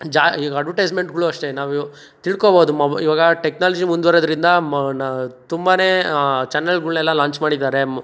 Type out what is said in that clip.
ಜಾ ಈಗ ಅಡ್ವರ್ಟೈಸ್ಮೆಂಟ್ಗಳು ಅಷ್ಟೇ ನಾವು ತಿಳ್ಕೊಬೋದು ಮೊಬ ಇವಾಗ ಟೆಕ್ನಾಲಜಿ ಮುಂದುವರೆದ್ರಿಂದ ಮೊ ನ ತುಂಬನೇ ಚಾನೆಲ್ಗಳ್ನೆಲ್ಲ ಲಾಂಚ್ ಮಾಡಿದ್ದಾರೆ